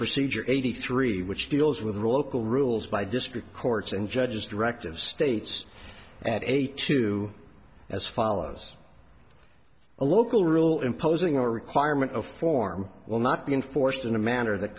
procedure eighty three which deals with local rules by district courts and judges directive states at eight to as follows a local rule imposing a requirement of form will not be enforced in a manner that